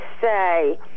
say